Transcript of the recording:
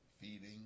feeding